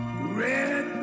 Red